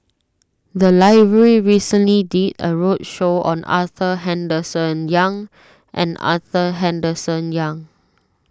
the library recently did a roadshow on Arthur Henderson Young and Arthur Henderson Young